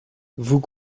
vous